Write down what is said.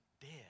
dead